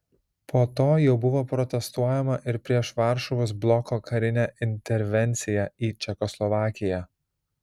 po to jau buvo protestuojama ir prieš varšuvos bloko karinę intervenciją į čekoslovakiją